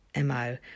MO